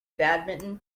badminton